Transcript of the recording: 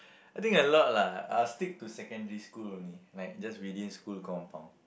I think a lot lah I'll stick to secondary school only like just within school compound